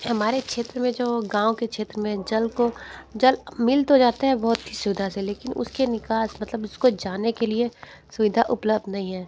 हमारे क्षेत्र में जो गाँव के क्षेत्र में जल को जल मिल तो जाते हैं बहुत ही सुविधा से लेकिन उसके निकास मतलब उसको जाने के लिए सुविधा उपलब्ध नहीं है